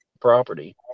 property